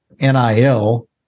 NIL